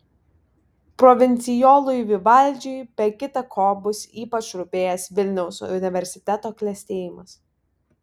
provincijolui vivaldžiui be kita ko bus ypač rūpėjęs vilniaus universiteto klestėjimas